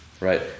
right